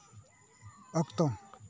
ᱚᱠᱛᱚ